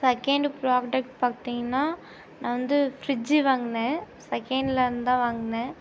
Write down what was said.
second product பார்த்தீங்கன்னா நான் வந்து ஃப்ரிட்ஜூ வாங்கினேன் செகேண்ட்ல இருந்து தான் வாங்கினேன்